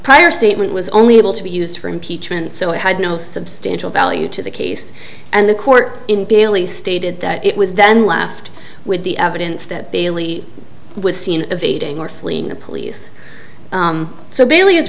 prior statement was only able to be used for impeachment so i had no substantial value to the case and the court in bailey stated that it was then left with the evidence that bailey was seen evading or fleeing the police so bailey i